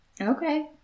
Okay